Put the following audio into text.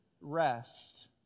rest